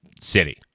City